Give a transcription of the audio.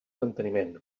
manteniment